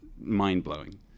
mind-blowing